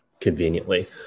conveniently